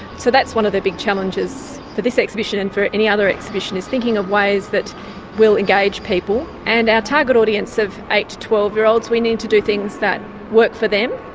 so that's one of the big challenges for this exhibition and for any other exhibition, is thinking of ways that will engage people. and our target audience of eight to twelve year olds, we need to do things that work for them.